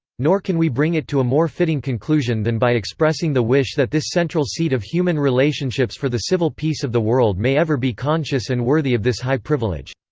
nor can we bring it to a more fitting conclusion than by expressing the wish that this central seat of human relationships for the civil peace of the world may ever be conscious and worthy of this high privilege.